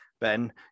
Ben